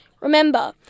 remember